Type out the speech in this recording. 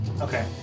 Okay